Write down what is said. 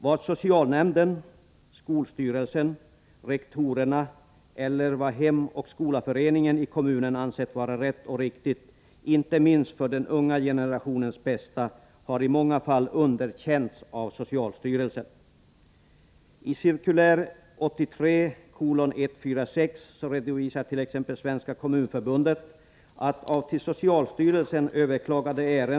Vad socialnämnden, skolstyrelsen, rektorerna eller Hem och skola-föreningen i kommunen ansett vara rätt och riktigt, inte minst för den unga generationens bästa, har i många fall underkänts av socialstyrelsen.